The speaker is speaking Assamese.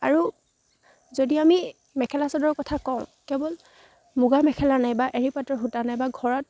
আৰু যদি আমি মেখেলা চাদৰৰ কথা কওঁ কেৱল মুগা মেখেলা নাইবা এড়ী পাটৰ সূতা নাইবা ঘৰত